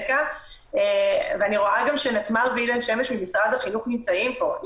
אני רואה גם שנתמר שמש ממשרד החינוך נמצאת פה.